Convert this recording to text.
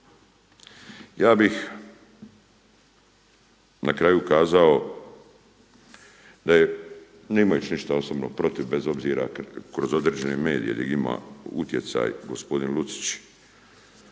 Ja bih na kraju kazao ne imajući ništa protiv bez obzira kroz određene medije gdje ima utjecaj gospodin Lucić